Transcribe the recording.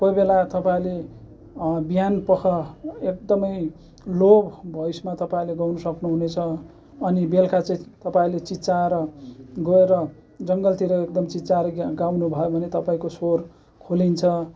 कोही बेला तपाईँहरूले विहान पख एकदमै लो भोइसमा तपाईँहरूले गाउन सक्नुहुनेछ अनि बेलुका चाहिँ तपाईँहरूले चिच्याएर गएर जङ्गलतिर एकदम चिच्याएर गाउनु भयो भने तपाईँको स्वर खोलिन्छ